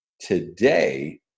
today